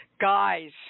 guys